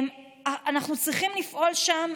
אנחנו צריכים לפעול שם,